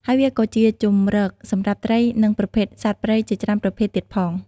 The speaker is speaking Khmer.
ហើយវាក៏ជាជម្រកសម្រាប់ត្រី និងប្រភេទសត្វព្រៃជាច្រើនប្រភេទទៀតផង។